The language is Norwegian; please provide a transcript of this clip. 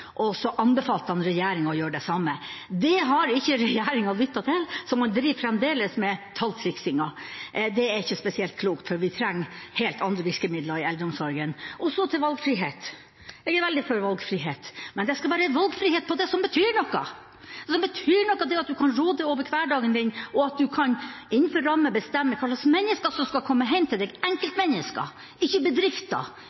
og breiere når det gjelder eldreomsorg. Så anbefalte han regjeringen å gjøre det samme. Det har ikke regjeringen lyttet til, så man driver fremdeles med talltriksingen. Det er ikke spesielt klokt, for vi trenger helt andre virkemidler i eldreomsorgen. Så til valgfrihet. Jeg er veldig for valgfrihet, men det skal være valgfrihet på det som betyr noe, slik at en kan råde over hverdagen din, og at en – innenfor rammer – kan bestemme hva slags mennesker som skal komme hjem til